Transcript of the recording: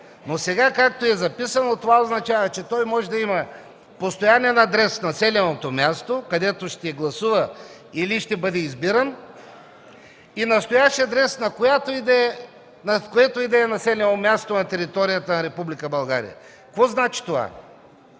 сега е записано означава, че той може да има постоянен адрес в населеното място, където ще гласува или ще бъде избиран, и настоящ адрес, в което и да е населено място на територията на Република